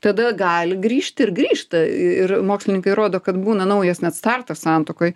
tada gali grįžti ir grįžta ir mokslininkai rodo kad būna naujas net startas santuokoj